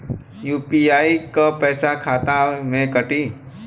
UPI क पैसा खाता से कटी?